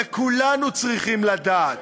וכולנו צריכים לדעת,